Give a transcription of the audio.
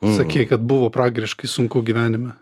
sakei kad buvo pragariškai sunku gyvenime